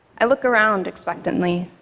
i look around expectantly.